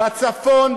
בצפון,